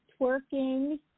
twerking